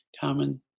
common